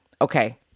okay